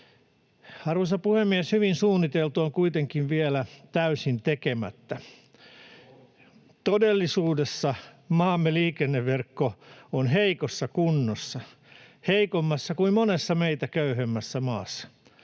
Arvoisa puhemies! Hyvin suunniteltu on kuitenkin vielä täysin tekemättä: [Joonas Könttä: Puoliksi tehty!] Todellisuudessa maamme liikenneverkko on heikossa kunnossa, heikommassa kuin monessa meitä köyhemmässä maassa.